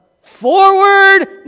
Forward